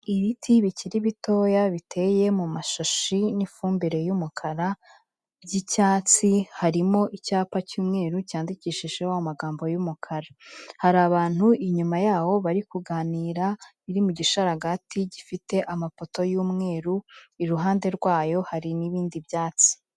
Ibiti bikiri bitoya biteye mu mashashi n'ifumbire y'umukara by'icyatsi, harimo icyapa cy'umweru cyandikishijeho amagambo y'umukara. Hari abantu inyuma y'aho bari kuganira, biri mu gishararagati gifite amafoto y'umweru, iruhande rwayo hari n'ibindi byatsi.